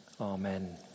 Amen